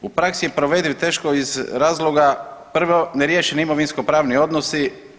U praksi je provediv teško iz razloga prvo neriješeni imovinsko-pravni odnos.